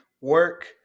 work